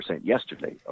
yesterday